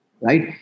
right